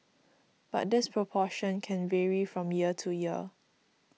but this proportion can vary from year to year